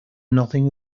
nothing